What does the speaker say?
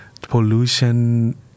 pollution